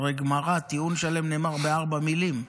הרי גמרא, טיעון שלם נאמר בארבע מילים.